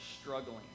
struggling